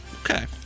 Okay